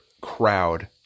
crowd